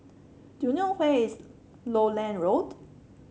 do you know where is Lowland Road